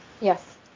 Yes